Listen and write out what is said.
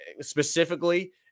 specifically